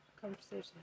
conversation